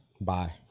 Bye